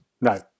No